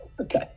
Okay